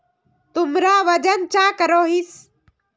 तुमरा वजन चाँ करोहिस?